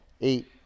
eight